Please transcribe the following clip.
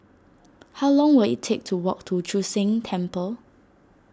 how long will it take to walk to Chu Sheng Temple